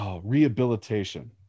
rehabilitation